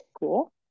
Cool